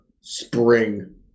spring